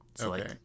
Okay